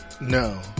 No